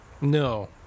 no